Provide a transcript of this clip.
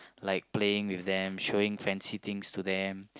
like playing with them showing fancy things to them